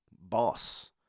boss